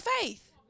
faith